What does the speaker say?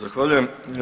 Zahvaljujem.